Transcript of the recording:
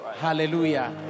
Hallelujah